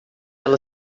ela